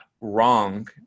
wrong